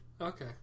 Okay